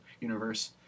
universe